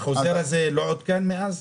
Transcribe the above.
החוזר הזה לא עודכן מאז?